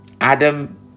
Adam